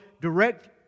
direct